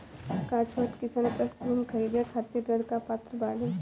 का छोट किसान कृषि भूमि खरीदे खातिर ऋण के पात्र बाडन?